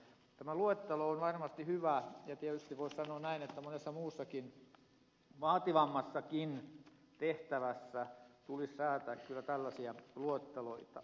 tämä luettelo on varmasti hyvä ja tietysti voisi sanoa näin että monessa muussakin vaativammassakin tehtävässä tulisi kyllä säätää tällaisia luetteloita